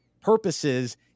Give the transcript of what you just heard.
purposes